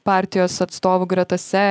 partijos atstovų gretose